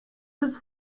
his